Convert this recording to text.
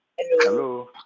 Hello